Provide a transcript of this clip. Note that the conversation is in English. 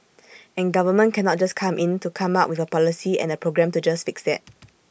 and government cannot just come in to come up with A policy and A program to just fix that